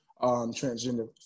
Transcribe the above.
transgender